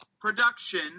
production